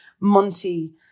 Monty